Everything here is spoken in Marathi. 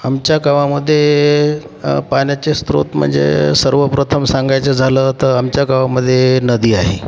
आमच्या गावामध्ये पाण्याचे स्रोत म्हणजे सर्वप्रथम सांगायचं झालं तर आमच्या गावामध्ये नदी आहे